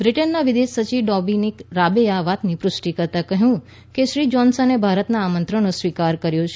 બ્રિટનના વિદેશ સચિવ ડોમીનીક રાબે આ વાતની પુષ્ટી કરતા કહ્યું કે શ્રી જોનસને ભારતના આમંત્રણનો સ્વીકાર કર્યો છે